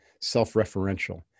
self-referential